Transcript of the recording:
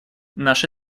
наша